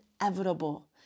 inevitable